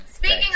Speaking